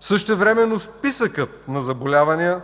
Същевременно списъкът на заболявания,